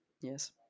yes